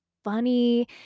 funny